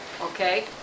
Okay